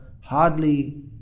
hardly